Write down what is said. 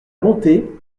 bonté